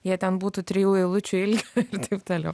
jie ten būtų trijų eilučių ilgio ir taip toliau